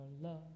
love